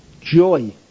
Joy